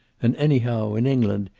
and anyhow, in england,